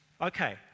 Okay